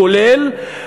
כולל,